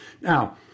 Now